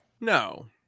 No